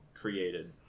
created